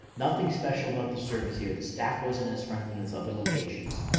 nothing special about the service here. the staff wasn't as friendly as other locations.